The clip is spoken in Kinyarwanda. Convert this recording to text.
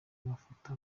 amafoto